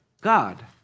God